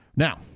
Now